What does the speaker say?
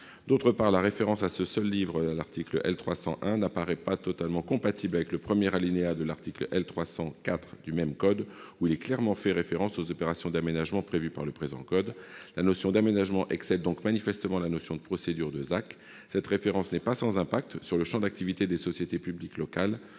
D'autre part, la référence à ce seul livre à l'article L. 300-1 n'apparaît pas totalement compatible avec le premier alinéa de l'article L. 300-4 du même code, qui fait clairement référence aux « opérations d'aménagement prévues par le présent code ». La notion d'aménagement excède donc manifestement la notion de procédure de ZAC. Cette référence n'est pas sans impact sur le champ d'activité des sociétés publiques locales,